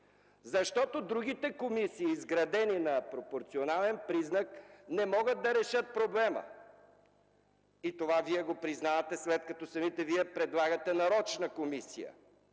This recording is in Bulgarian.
Защото другите комисии, изградени на пропорционален признак, не могат да решат проблема, и това Вие го признавате, след като самите Вие предлагате нарочна комисия.